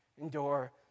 endure